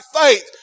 faith